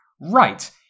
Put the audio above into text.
right